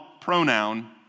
pronoun